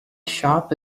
shop